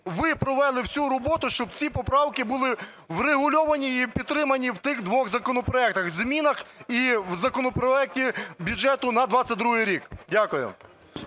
ви провели цю роботу, щоб ці поправки були врегульовані і підтримані в тих двох законопроектах: в змінах і в законопроекті бюджету на 22-й рік? Дякую.